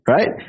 Right